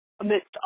Amidst